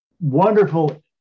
wonderful